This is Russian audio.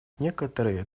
некоторые